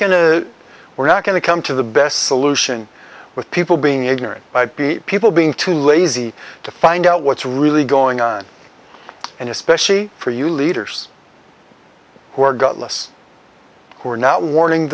to we're not going to come to the best solution with people being ignorant be people being too lazy to find out what's really going on and especially for you leaders who are godless who are now warning